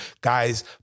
Guys